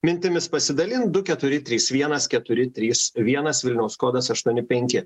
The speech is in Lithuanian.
mintimis pasidalint du keturi trys vienas keturi trys vienas vilniaus kodas aštuoni penki